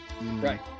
Right